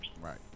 Right